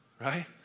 Right